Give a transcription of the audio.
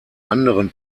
anderen